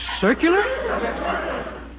Circular